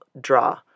draw